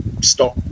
stop